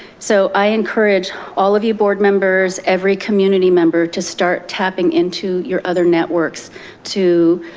so i encourage all of you board members, every community member to start tapping into your other networks to